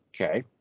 okay